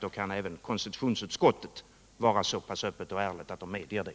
Då kan även konstitutionsutskottet vara så pass öppet och ärligt att det medger det.